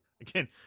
again